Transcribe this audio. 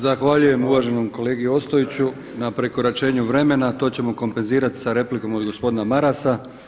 Zahvaljujem uvaženom kolegu Ostojiću, na prekoračenju vremena, to ćemo kompenzirati sa replikom od gospodina Marasa.